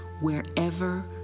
wherever